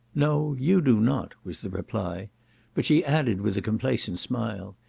no you do not, was the reply but she added, with a complacent smile,